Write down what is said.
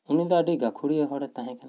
ᱩᱱᱤ ᱫᱚ ᱟᱹᱰᱤ ᱜᱟᱹᱠᱷᱩᱲᱤᱭᱟᱹ ᱦᱚᱲ ᱮ ᱛᱟᱦᱮᱸ ᱠᱟᱱᱟᱭ